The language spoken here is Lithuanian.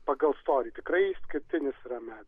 pagal storį tikrai išskirtinis yra medis